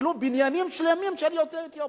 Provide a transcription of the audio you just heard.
אפילו בניינים שלמים של יוצאי אתיופיה.